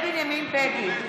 אינו נוכח זאב בנימין בגין,